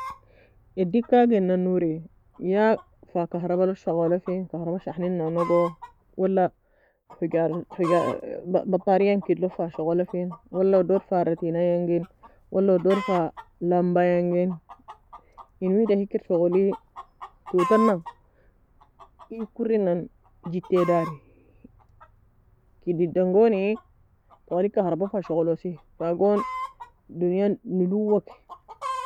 Edil kaginan nouri ya fa kahrabalog shogola fi, كهرباء shahninan'ogo, حجار حجار battaryen kid logo fa shogolafi, wala odour fa retinay'angin, wala odour fa lamba'yangin, in wida hikir shogoli? Toue tana iygkka urrinan, jittiea dari kiddidan goni twali كهرباء fa shogolosi fa gon donyaga nolowa ke.